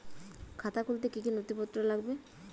খাতা খুলতে কি কি নথিপত্র লাগবে?